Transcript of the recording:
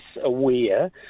aware